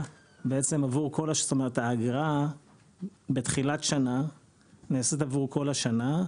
תשלום האגרה בתחילת השנה נעשה בעבור כל השנה,